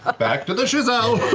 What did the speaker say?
ah back to the shiz-ow.